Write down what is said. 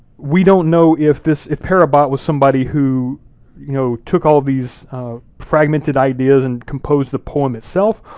we don't know if this, if per abbat was somebody who you know, took all of these fragmented ideas and composed the poem itself,